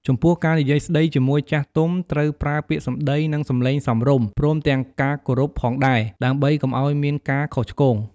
ចំពោះការនិយាយស្ដីជាមួយចាស់ទុំត្រូវប្រើពាក្យសម្ដី និងសំឡេងសមរម្យ ព្រមទាំងការគោរពផងដែរ ដើម្បីកុំឲ្យមានការខុសឆ្គង។